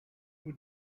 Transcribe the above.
who